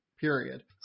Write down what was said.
period